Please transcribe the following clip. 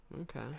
okay